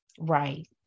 Right